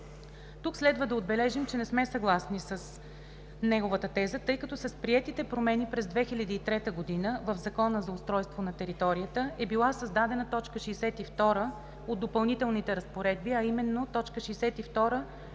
Тук следва да отбележим, че не сме съгласни с неговата теза, тъй като с приетите промени през 2003 г. в Закона за устройство на територията е била създадена т. 62 от „Допълнителните разпоредби“, а именно: „т. 62: